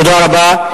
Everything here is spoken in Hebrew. תודה רבה.